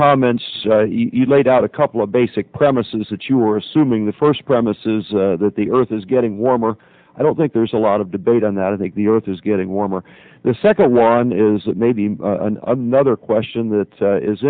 comments you laid out a couple of basic premises that you were assuming the first premise is that the earth is getting warmer i don't think there's a lot of debate on that i think the earth is getting warmer the second one is maybe another question that